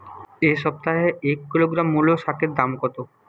এ সপ্তাহে এক কিলোগ্রাম মুলো শাকের দাম কত?